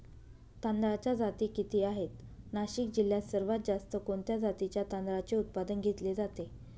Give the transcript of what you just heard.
तांदळाच्या जाती किती आहेत, नाशिक जिल्ह्यात सर्वात जास्त कोणत्या जातीच्या तांदळाचे उत्पादन घेतले जाते?